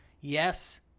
Yes